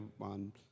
on